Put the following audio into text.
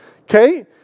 Okay